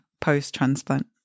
post-transplant